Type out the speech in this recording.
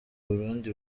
burundi